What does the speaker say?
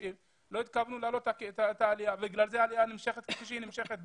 90 לא התכוונו להעלות את העלייה הזאת ולכן העלייה נמשכת כפי שהיא נמשכת,